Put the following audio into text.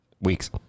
weeks